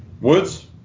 Woods